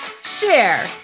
Share